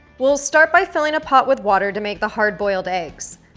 we'll start by filling a pot with water to make the hard-boiled eggs.